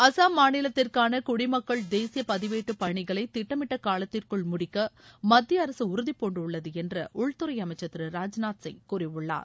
அசாம் மாநிலத்திற்கான குடிமக்கள் தேசிய பதிவேட்டு பணிகளை திட்டமிட்டக்காலத்திற்குள் முடிக்க மத்திய அரசு உறுதி பூண்டுள்ளது என்று உள்துறை அமைச்சர் திரு ராஜ்நாத்சிங் கூறியுள்ளார்